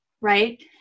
right